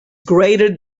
greater